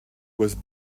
was